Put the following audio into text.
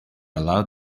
allowed